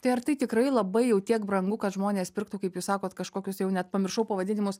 tai ar tai tikrai labai jau tiek brangu kad žmonės pirktų kaip jūs sakot kažkokius jau net pamiršau pavadinimus